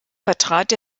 vertrat